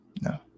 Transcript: No